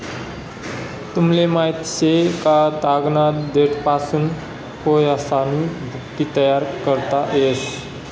तुमले माहित शे का, तागना देठपासून कोयसानी भुकटी तयार करता येस